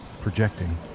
projecting